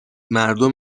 مردم